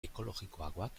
ekologikoagoak